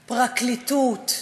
פרקליטות,